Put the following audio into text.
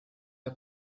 der